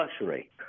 luxury